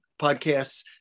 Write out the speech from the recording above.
podcasts